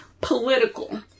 political